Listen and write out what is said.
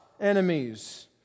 enemies